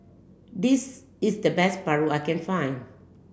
this is the best Paru I can find